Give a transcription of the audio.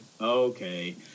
okay